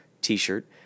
t-shirt